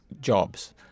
jobs